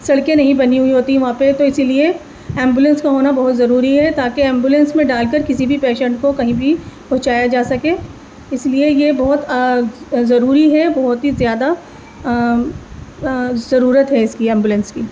سڑکیں نہیں بنی ہوئی ہوتی ہیں وہاں پہ تو اسی لیے ایمبولینس کا ہونا بہت ضروری ہے تاکہ ایمبولینس میں ڈال کر کسی بھی پیشینٹ کو کہیں بھی پہنچایا جا سکے اس لیے یہ بہت ضروری ہے بہت ہی زیادہ ضرورت ہے اس کی ایمبولینس کی